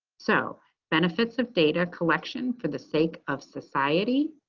so benefits of data collection for the sake of society.